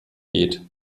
geht